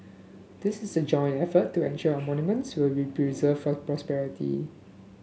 this is a joint effort to ensure our monuments will preserved for posterity